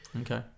Okay